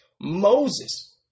Moses